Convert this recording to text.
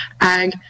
ag